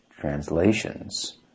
translations